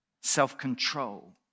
self-control